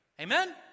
Amen